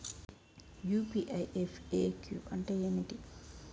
UPI FAQ అంటే ఏమిటి?